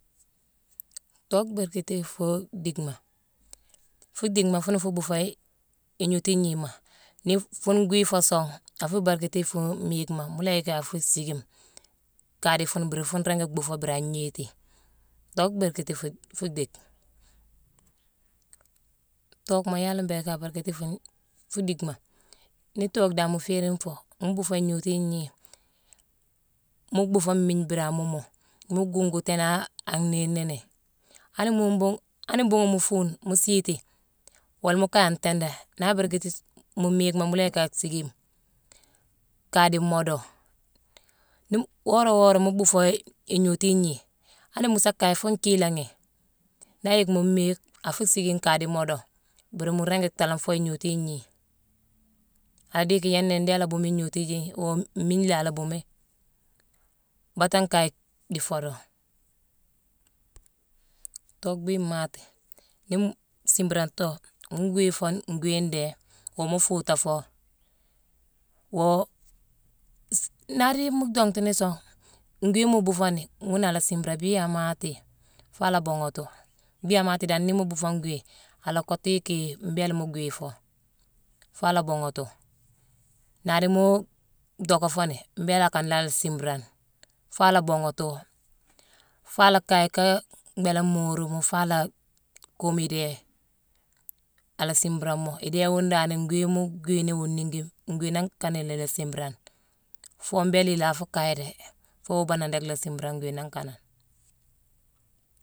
Ntok mberkiti fo ndicma, fo ndicma funne fu kgburfo inhoto inhima, ne fun gwei fo son afo mberkiti fo n'migma mola ieg afo nsigim, ka di fun, mbur fun grenge kgburfo mbur a nhiti. Ntok mberkiti fo fo dic. Ntocma iale kgbege aberkiti nfun fu ndicma ne ntok dan mo ferin fo mo ngbufo inhoto inhi, mo kgbufo minh mbera amomu mo ngunguto aack aneinene, an mo an nghon mbunghon, an nghon mbunghon mo fun mo siti walmo kai antendé na aberkiti tss mo n'mo n'migma mo la ieig a nsigim ka di modo, nibm woro woro mo kgburfo eih inhoto inhi ani mo sa kai fo nkilen nghi aiek mo n'mig a fo nsigim ka di modo mbur mo grenge ntalanfo inhoto inhi. Adige ianne nden ala mbomme inhoto ieing oo n'minh ia la kgbumme. Bata gkai ek di fodo. Ree ntok kgbii mate, ne mo simran ntok mo gwei fon gwei ndee oo mo futa fo, oo, nari mo dongti ne son gwei mo bufone nghone ala simran kgbi a mate fo ala kgbunghoto, kgbii a mate dan ne bufo gwei ala koto ieige mbele mo gweifo fo ala kgbunghoto, nadi mo gdogofo ne mbele a kan la simran fa la kgbunghoto fa la kai ka mm kgbele nmoromo fa la ek koom idee, ala simran mo idee un dan gwei mo gwei mo ningi gwei nan kan le la simran fo mbele la fo kai dee eek fo wobadan dek la n'simran gwei nan kan.